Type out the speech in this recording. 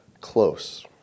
close